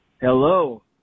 Hello